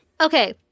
Okay